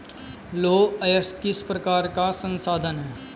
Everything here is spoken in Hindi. लौह अयस्क किस प्रकार का संसाधन है?